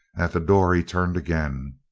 at the door he turned again.